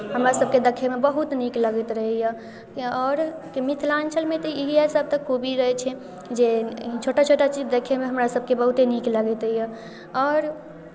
हमरासभके देखैमे बहुत नीक लगैत रहैए आओर मिथिलाञ्चलमे तऽ इएहसभ तऽ खूबी रहै छै जे छोटा छोटा चीज देखैमे हमरासभके बहुते नीक लगैत रहैए आओर